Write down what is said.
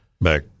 back